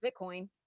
Bitcoin